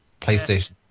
PlayStation